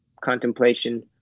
contemplation